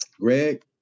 Greg